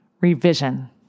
Revision